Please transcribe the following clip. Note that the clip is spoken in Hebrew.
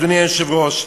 אדוני היושב-ראש,